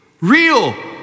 real